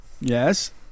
Yes